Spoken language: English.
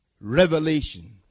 Revelation